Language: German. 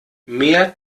mehr